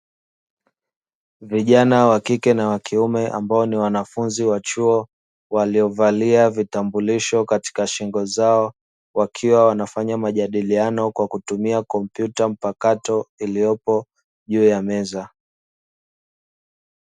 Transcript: Vijana wa kike na wa kiume ambao ni wanafunzi wa chuo waliovalia vitambulisho katika shingo zao, wakiwa wanafanya majadiliano kwa kutumia kompyuta mpakato iliyopo juu ya meza.